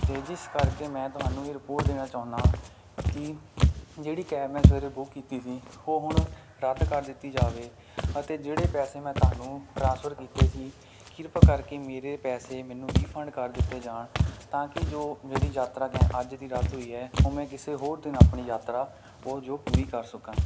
ਅਤੇ ਜਿਸ ਕਰਕੇ ਮੈਂ ਤੁਹਾਨੂੰ ਇਹ ਰਿਪੋਰਟ ਦੇਣਾ ਚਾਹੁੰਦਾ ਕਿ ਜਿਹੜੀ ਕੈਬ ਮੈਂ ਸਵੇਰੇ ਬੁੱਕ ਕੀਤੀ ਸੀ ਉਹ ਹੁਣ ਰੱਦ ਕਰ ਦਿੱਤੀ ਜਾਵੇ ਅਤੇ ਜਿਹੜੇ ਪੈਸੇ ਮੈਂ ਤੁਹਾਨੂੰ ਟ੍ਰਾਂਸਫਰ ਕੀਤੇ ਸੀ ਕਿਰਪਾ ਕਰਕੇ ਮੇਰੇ ਪੈਸੇ ਮੈਨੂੰ ਰੀਫੰਡ ਕਰ ਦਿੱਤੇ ਜਾਣ ਤਾਂ ਕਿ ਜੋ ਮੇਰੀ ਯਾਤਰਾ ਕੈ ਅੱਜ ਦੀ ਰੱਦ ਹੋਈ ਹੈ ਉਹ ਮੈਂ ਕਿਸੇ ਹੋਰ ਦਿਨ ਆਪਣੀ ਯਾਤਰਾ ਉਹ ਜੋ ਪੂਰੀ ਕਰ ਸਕਾਂ